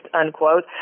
unquote